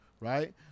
right